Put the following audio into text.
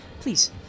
Please